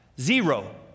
Zero